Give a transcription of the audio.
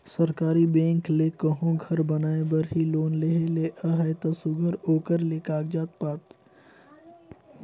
सरकारी बेंक ले कहों घर बनाए बर ही लोन लेहे ले अहे ता सुग्घर ओकर ले कागज पाथर ल देखही